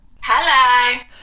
Hello